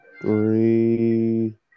three